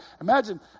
Imagine